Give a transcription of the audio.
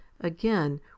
Again